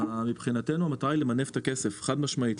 מבחינתנו המטרה היא למנף את הכסף, חד משמעית.